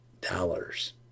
dollars